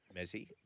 Messi